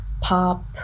pop